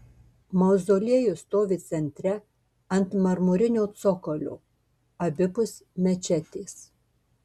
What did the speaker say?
mauzoliejus stovi centre ant marmurinio cokolio abipus mečetės